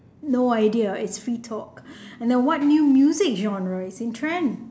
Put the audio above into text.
no idea it's free talk and then what new music genre is in trend